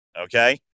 Okay